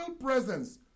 presence